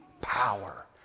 power